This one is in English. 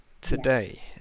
today